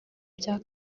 bya